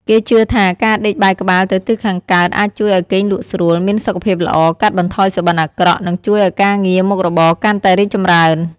គេជឿថាការដេកបែរក្បាលទៅទិសខាងកើតអាចជួយឱ្យគេងលក់ស្រួល មានសុខភាពល្អ កាត់បន្ថយសុបិនអាក្រក់ និងជួយឱ្យការងារមុខរបរកាន់តែរីកចម្រើន។